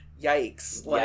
yikes